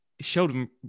Sheldon